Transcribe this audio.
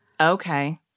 Okay